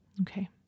Okay